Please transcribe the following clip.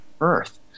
earth